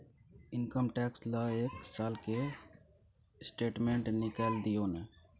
Income tax ल एक साल के स्टेटमेंट निकैल दियो न?